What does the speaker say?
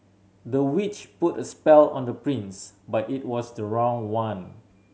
the witch put a spell on the prince but it was the wrong one